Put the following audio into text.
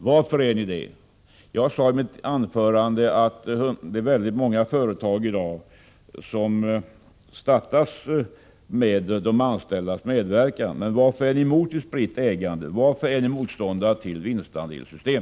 Jag sade i mitt tidigare anförande att väldigt många företag i dag startas med de anställdas medverkan. Varför är ni emot ett spritt ägande? Varför är ni motståndare till vinstandelssystem?